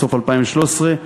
בסוף 2013,